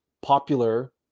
popular